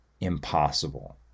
impossible